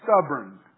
stubborn